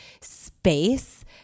space